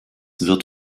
wird